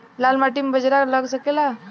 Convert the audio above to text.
लाल माटी मे बाजरा लग सकेला?